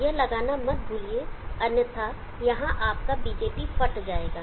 यह लगाना मत भूलिए अन्यथा यहाँ आपका BJT फट जाएगा